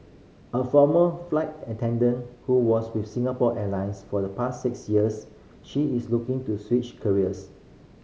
a former flight attendant who was with Singapore Airlines for the past six years she is looking to switch careers